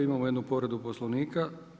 Imamo jednu povredu Poslovnika.